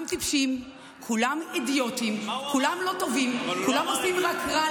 איזה ביטויים?